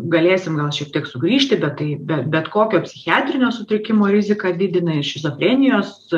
galėsim gal šiek tiek sugrįžti bet tai be bet kokio psichiatrinio sutrikimo riziką didina ir šizofrenijos